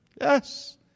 Yes